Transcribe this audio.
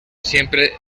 siempre